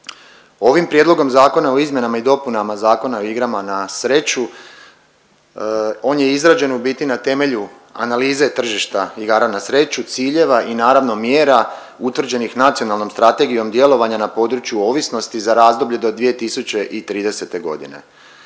Ovim prijedlogom zakona o izmjenama i dopunama Zakona o igrama na sreću, on je izrađen u biti na temelju analize tržišta igara na sreću, ciljeva i naravno mjera utvrđenih Nacionalnom strategijom djelovanja na području ovisnosti za razdoblje do 2030.g..